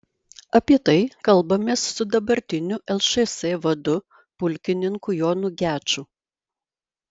apie tai kalbamės su dabartiniu lšs vadu pulkininku jonu geču